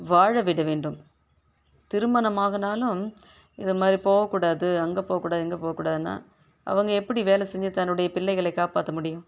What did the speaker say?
வாழ விட வேண்டும் திருமணம் ஆனாலும் இதை மாதிரி போகக்கூடாது அங்கே போகக்கூடாது இங்கே போககூடாதுனா அவங்க எப்படி வேலை செஞ்சு தன்னுடைய பிள்ளைகளை காப்பாற்ற முடியும்